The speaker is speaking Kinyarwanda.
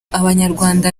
abanyarwanda